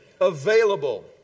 available